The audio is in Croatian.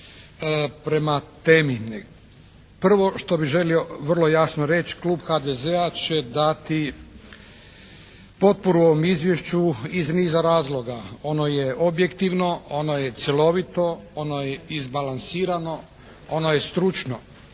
prema temi. Prvo što bih želio vrlo jasno reći Klub HDZ-a će dati potporu ovom izvješću iz niza razloga. Ono je objektivno, ono je cjelovito, ono je izbalansirano. Ono je stručno.